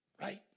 right